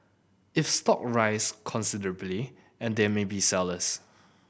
if stock rise considerably and they may be sellers